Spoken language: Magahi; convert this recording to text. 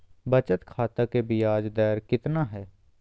बचत खाता के बियाज दर कितना है?